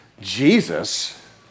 Jesus